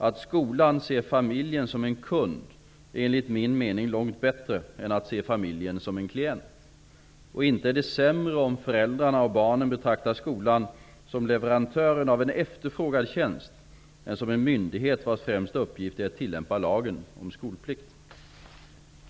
Att skolan ser familjen som en kund är enligt min mening långt bättre än att se familjen som en klient. Och inte är det sämre om föräldrarna och barnen betraktar skolan som leverantören av en efterfrågad tjänst, än som en myndighet vars främsta uppgift är att tillämpa lagen om skolplikt.